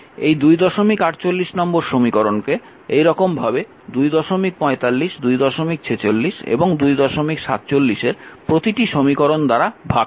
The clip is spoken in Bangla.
এই 248 নম্বর সমীকরণকে এইরকম ভাবে 245 246 এবং 247 এর প্রতিটি সমীকরণ দ্বারা ভাগ করুন